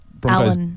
Broncos